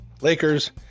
Lakers